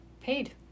Paid